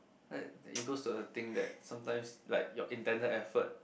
it goes to a thing that sometimes like your intended effort